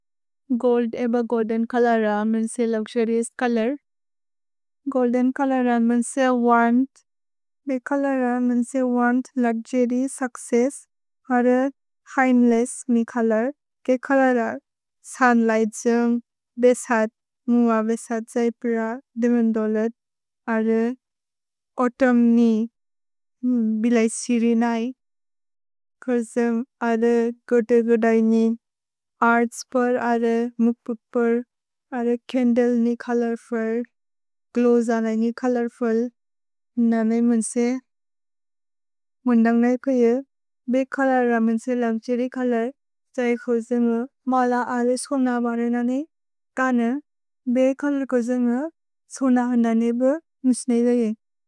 Gold एब golden colour, म्न् से लक्जेर्येस् कलर्। गोल्देन् कलर, म्न् से वर्न्थ्। भे कलर, म्न् से वर्न्थ्, लक्जेर्य्, सुच्चेस्स्। अर्रे, हिन्द्लेस्स्, मे कलर्, के कलर। सन् लैजेम्, बेशत्, मुअ बेशत्, जैप्र, देमोन्दोलेत्। अर्रे, ओतम्नि, बिलय् सिरि नै। कोजेम्, अर्रे, गोते गोदय्नि। अर्त्स्पर्, अर्रे, मुप्पुपर्। अर्रे, खन्देल्नि कलर् फर्रे। ग्लोजननि कलर् फर्रे। नमि म्न् से। मुन्दन्ग् नै को ये। भे कलर, म्न् से लक्जेर्य् कलर्। त्जै कोजेम्, माल आले, शोनबर् ननि। कन्हे, बे कलर कोजेम्, शोनबर् ननि, म्न् से नै लेये।